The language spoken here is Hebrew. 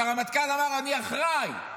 כשהרמטכ"ל אמר: אני אחראי?